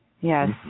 Yes